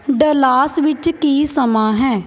Dallas ਵਿੱਚ ਕੀ ਸਮਾਂ ਹੈ